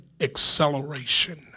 acceleration